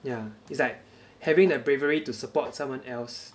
yeah it's like having the bravery to support someone else